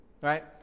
right